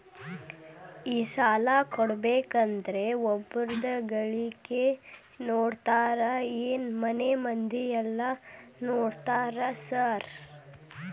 ಈ ಸಾಲ ಕೊಡ್ಬೇಕಂದ್ರೆ ಒಬ್ರದ ಗಳಿಕೆ ನೋಡ್ತೇರಾ ಏನ್ ಮನೆ ಮಂದಿದೆಲ್ಲ ನೋಡ್ತೇರಾ ಸಾರ್?